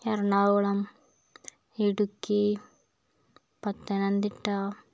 Ernakulam Idukki Pathanamthitta